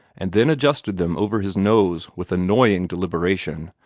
and then adjusted them over his nose with annoying deliberation,